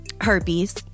herpes